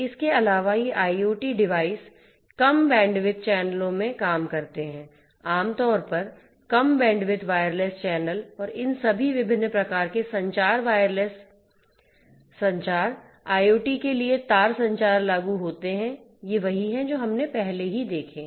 इसके अलावा ये IoT डिवाइस कम बैंडविड्थ चैनलों में काम करते हैं आमतौर पर कम बैंडविड्थ वायरलेस चैनल और इन सभी विभिन्न प्रकार के संचार वायरलेस संचार IoT के लिए तार संचार लागू होते हैं ये वही हैं जो हमने पहले ही देखे हैं